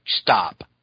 stop